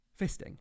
fisting